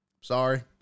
Sorry